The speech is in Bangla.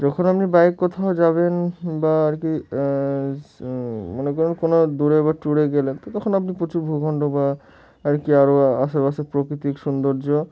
যখন আপনি বাইক কোথাও যাবেন বা আর কি মনে করেন কোনো দূরে বা ট্যুরে গেলেন তো তখন আপনি প্রচুর ভূখণ্ড বা আর কি আরও আশে পাশে প্রকৃতিক সৌন্দর্য